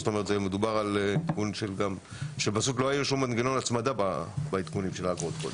ולא היה שום מנגנון הצמדה בעדכונים של האגרות קודם.